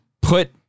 put